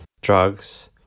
drugs